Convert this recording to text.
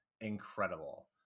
incredible